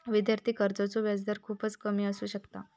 विद्यार्थी कर्जाचो व्याजदर खूपच कमी असू शकता